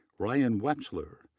ryan wexler,